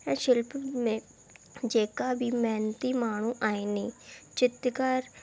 ऐं शिल्प में जेका बि महिनती माण्हू आहिनि चित्रकार करे